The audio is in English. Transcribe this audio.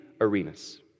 arenas